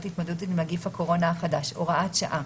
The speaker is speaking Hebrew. להתמודדות עם נגיף הקורונה החדש (הוראת שעה),